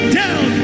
down